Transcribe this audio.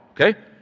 okay